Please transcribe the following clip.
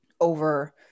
over